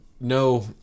no